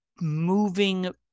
moving